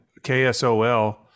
KSOL